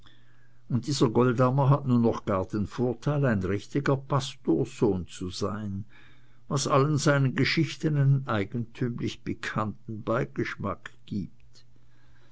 und dieser goldammer hat nun gar noch den vorteil ein richtiger pastorssohn zu sein was all seinen geschichten einen eigentümlich pikanten beigeschmack gibt